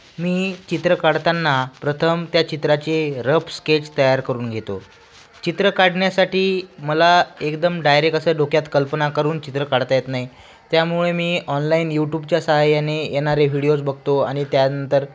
मी चित्र काढताना प्रथम त्या चित्राचे रफ स्केच तयार करून घेतो चित्र काढण्यासाठी मला एकदम डायरेक्ट असं डोक्यात कल्पना करून चित्र काढता येत नाही त्यामुळे मी ऑनलाईन यूटूबच्या साहाय्याने येणारे व्हिडीओज बघतो आणि त्यानंतर